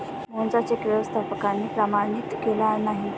मोहनचा चेक व्यवस्थापकाने प्रमाणित केला नाही